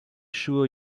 sure